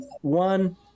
one